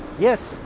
yes,